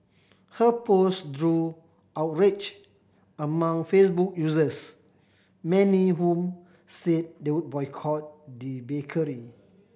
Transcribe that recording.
her post drew outrage among Facebook users many whom said they would boycott the bakery